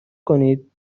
کنید